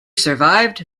survived